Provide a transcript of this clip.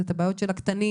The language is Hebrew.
עם הקטנים